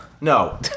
No